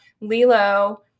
Lilo